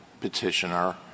petitioner